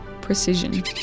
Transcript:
precision